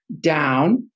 down